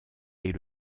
est